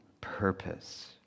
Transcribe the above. purpose